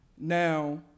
Now